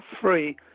free